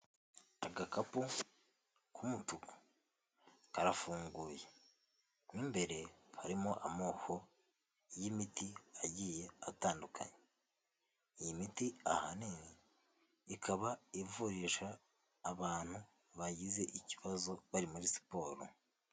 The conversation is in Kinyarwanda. Agakapu k'umufuku karafunguye, mo mbere harimo amoko y'imiti agiye atandukanye, iyi miti ahanini ikaba ivurisha abantu bagize ikibazo bari muri siporo.